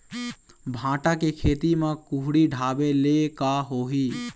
भांटा के खेती म कुहड़ी ढाबे ले का होही?